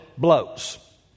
blows